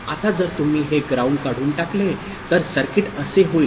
आता जर तुम्ही हे ग्राउंड काढून टाकले तर सर्किट असे होईल